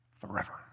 forever